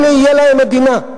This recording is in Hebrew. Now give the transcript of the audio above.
הנה, תהיה להם מדינה.